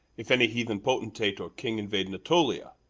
if any heathen potentate or king invade natolia,